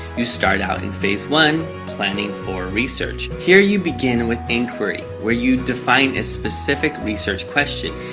you start out in phase one planning for research. here you begin with inquiry, where you define a specific research question.